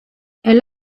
elle